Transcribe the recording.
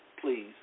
please